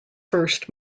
first